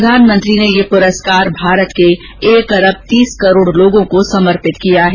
प्रधानमंत्री ने यह पुरस्कार भारत के एक अरब तीस करोड़ लोगों को समर्पित किया है